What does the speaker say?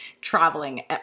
traveling